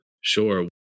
Sure